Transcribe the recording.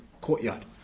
courtyard